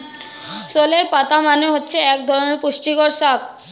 sorrel পাতা মানে হচ্ছে এক ধরনের পুষ্টিকর শাক